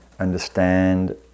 understand